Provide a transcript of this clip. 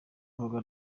urubuga